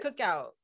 cookout